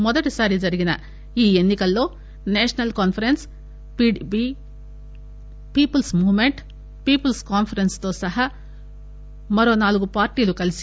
మొదటిసారి జరిగిన ఈ ఎన్సి కల్లో national conference PDP people's movement people's conference సహా మరో నాలుగు పార్టీలు కలిసి